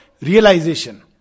realization